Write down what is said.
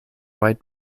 white